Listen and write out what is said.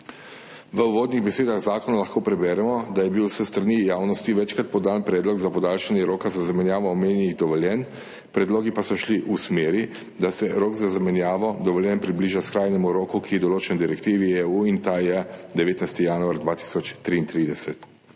V uvodnih besedah zakona lahko preberemo, da je bil s strani javnosti večkrat podan predlog za podaljšanje roka za zamenjavo omenjenih dovoljenj, predlogi pa so šli v smeri, da se rok za zamenjavo dovoljenj približa skrajnemu roku, ki je določen v direktivi EU, in ta je 19. januar 2033.